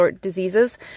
diseases